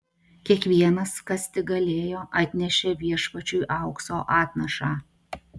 kiekvienas kas tik galėjo atnešė viešpačiui aukso atnašą